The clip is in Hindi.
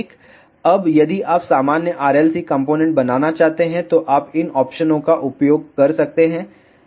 अब यदि आप सामान्य RLC कॉम्पोनेन्ट बनाना चाहते हैं तो आप इन ऑप्शनों का उपयोग कर सकते हैं